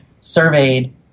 surveyed